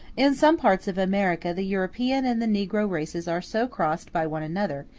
in some parts of america, the european and the negro races are so crossed by one another,